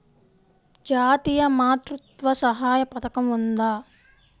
జాతీయ మాతృత్వ సహాయ పథకం ఉందా?